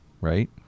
Right